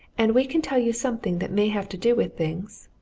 and we can tell you something that may have to do with things.